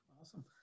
Awesome